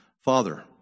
Father